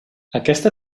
aquesta